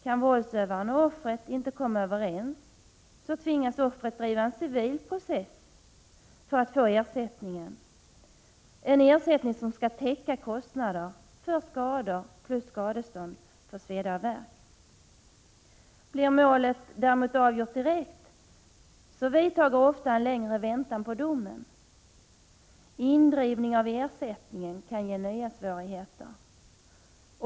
Kan våldsövaren och offret inte komma överens tvingas offret driva en civil process för att få en ersättning som skall täcka kostnader för skador plus skadestånd för sveda och värk. Blir målet däremot avgjort direkt vidtar ofta en längre väntan på domen. Indrivning av ersättningen kan förorsaka nya svårigheter.